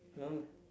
no